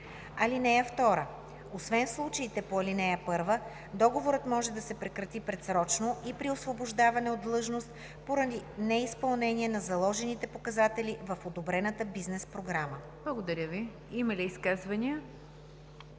(2) Освен в случаите по ал. 1, договорът може да се прекрати предсрочно и при освобождаване от длъжност поради неизпълнение на заложените показатели в одобрената бизнес програма.“ ПРЕДСЕДАТЕЛ НИГЯР ДЖАФЕР: Благодаря Ви. Има ли изказвания?